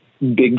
big